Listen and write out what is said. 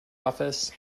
office